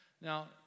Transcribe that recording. Now